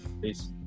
peace